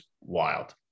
wild